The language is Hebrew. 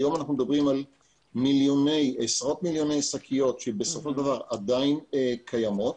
עכשיו מדובר על עשרות מיליוני שקיות שעדיין קיימות.